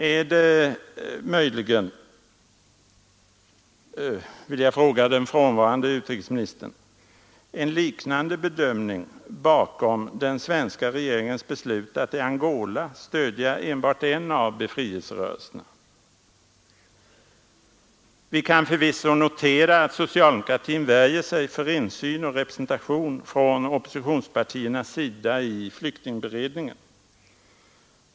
Är det möjligen — det vill jag fråga den frånvarande utrikesministern — en liknande bedömning bakom den svenska regeringens beslut att i Angola stödja enbart en av befrielserörelserna? Vi kan förvisso notera att socialdemokratin värjer sig för insyn och representation från oppositionspartiernas sida i flyktingberedningen.